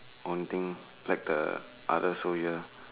or anything like the other soldier